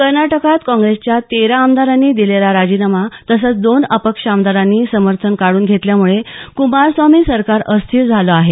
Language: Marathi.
कर्नाटकात काँग्रेसच्या तेरा आमदारांनी दिलेला राजीनामा तसंच दोन अपक्ष आमदारांनी समर्थन काढून घेतल्यामुळे कुमारस्वामी सरकार अस्थिर झालं आहे